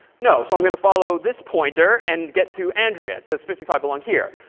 no. so i'm going to follow this pointer and get to andrea. does fifty five belong here?